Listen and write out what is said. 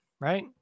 right